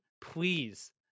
Please